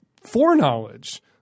foreknowledge